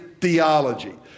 theology